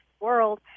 world